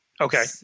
Okay